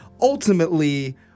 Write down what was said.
ultimately